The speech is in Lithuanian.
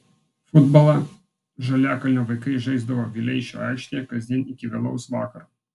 futbolą žaliakalnio vaikai žaisdavo vileišio aikštėje kasdien iki vėlaus vakaro